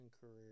career